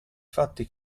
fatti